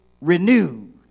renewed